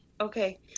Okay